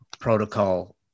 protocol